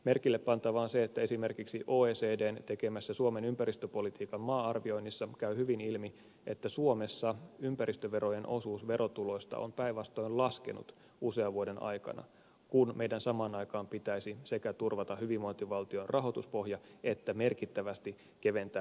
merkille pantavaa on se että esimerkiksi oecdn tekemässä suomen ympäristöpolitiikan maa arvioinnissa käy hyvin ilmi että suomessa ympäristöverojen osuus verotuloista on päinvastoin laskenut usean vuoden aikana kun meidän samaan aikaan pitäisi sekä turvata hyvinvointivaltion rahoituspohja että merkittävästi keventää ympäristön kuormitusta